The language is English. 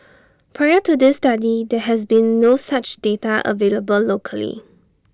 prior to this study there has been no such data available locally